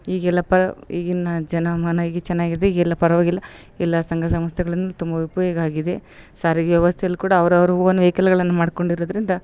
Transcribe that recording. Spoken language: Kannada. ಈಗೆಲ್ಲ ಪ ಈಗಿನ ಜನಮಾನ ಈಗ ಚೆನ್ನಾಗ್ ಇದೆ ಈಗ ಎಲ್ಲ ಪರವಾಗಿಲ್ಲ ಎಲ್ಲ ಸಂಘ ಸಂಸ್ಥೆಗಳಿಂದ ತುಂಬ ಉಪಯೋಗ ಆಗಿದೆ ಸಾರಿಗೆ ವ್ಯವಸ್ತೆಯಲ್ಲಿ ಕೂಡ ಅವ್ರವ್ರು ಓನ್ ವೇಕಲ್ಗಳನ್ನು ಮಾಡ್ಕೊಂಡಿರೋದ್ರಿಂದ